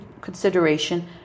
consideration